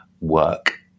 work